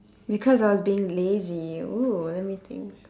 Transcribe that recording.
because I was being lazy !woo! let me think